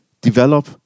develop